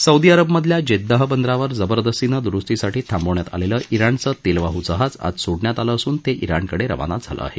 Saudi अरबमधल्या Jeddah बंदरावर जबरदस्तीनं दुरुस्तीसाठी थांबवण्यात आलेलं जणंच तेलवाडू जहाज आज सोडण्यात आलं असून ते ईराणकडे रवाना झालं आहे